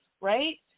right